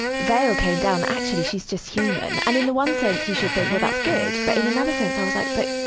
veil came down actually, she's just human, and in the one sense, you should think, well, that's good. but in another sense, i was like, but.